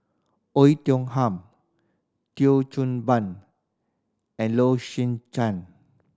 Oei Tiong Ham Thio Chan Ben and Low Swee Chen